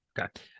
Okay